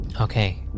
Okay